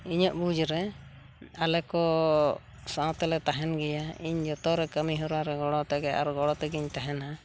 ᱤᱧᱟᱹᱜ ᱵᱩᱡᱽᱨᱮ ᱟᱞᱮ ᱠᱚᱻ ᱥᱟᱶᱛᱮᱞᱮ ᱛᱟᱦᱮᱱ ᱜᱮᱭᱟ ᱤᱧ ᱡᱚᱛᱚᱨᱮ ᱠᱟᱹᱢᱤ ᱦᱚᱨᱟᱨᱮ ᱜᱚᱲᱚᱛᱮᱜᱮ ᱟᱨ ᱜᱚᱲᱚᱛᱮᱜᱮᱧ ᱛᱟᱦᱮᱱᱟ